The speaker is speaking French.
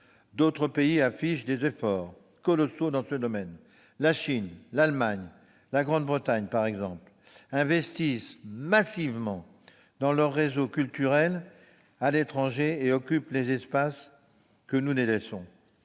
D'autres pays affichent des efforts colossaux dans ce domaine : la Chine, l'Allemagne, la Grande-Bretagne, par exemple, investissent massivement dans leur réseau culturel à l'étranger et occupent les espaces que nous délaissons.